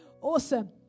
awesome